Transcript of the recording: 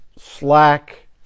slack